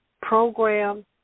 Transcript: program